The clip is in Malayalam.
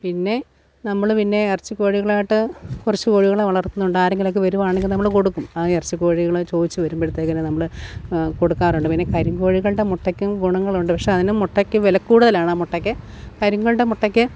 പിന്നെ നമ്മള് പിന്നെ ഇറച്ചി കോഴികളായിട്ട് കുറച്ചു കോഴികളെ വളർത്തുന്നുണ്ട് ആരെങ്കിലുമൊക്കെ വരുവാണെങ്കില് നമ്മള് കൊടുക്കും ആ ഇറച്ചി കോഴികളെ ചോദിച്ചു വരുമ്പോഴത്തേക്കിന് നമ്മള് കൊടുക്കാറുണ്ട് പിന്നെ കരിങ്കോഴികളുടെ മുട്ടയ്ക്കും ഗുണങ്ങളുണ്ട് പക്ഷേ അതിനു മുട്ടയ്ക്ക് വില കൂടുതലാണ് ആ മുട്ടയ്ക്ക് കരിങ്കോഴികളുടെ മുട്ടയ്ക്ക്